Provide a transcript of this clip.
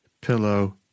pillow